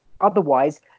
Otherwise